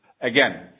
Again